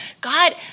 God